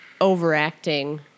overacting